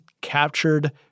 captured